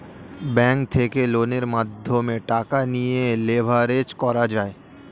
bank থেকে লোনের মাধ্যমে টাকা নিয়ে লেভারেজ করা যায়